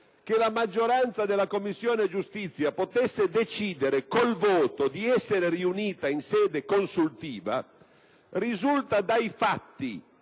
che la maggioranza della 2a Commissione permanente potesse decidere con il voto di essere riunita in sede consultiva, risulta dai fatti